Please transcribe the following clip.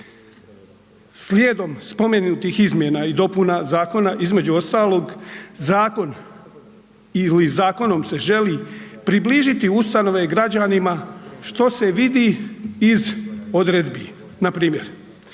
Slijedom spomenutih izmjena i dopuna Zakona između ostalog zakon ili zakonom se želi približiti ustanove građanima što se vidi iz odredbi. Npr.